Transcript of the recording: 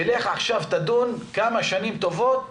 ולך עכשיו תדון כמה שנים טובות,